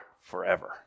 forever